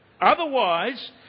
Otherwise